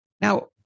Now